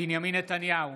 בנימין נתניהו,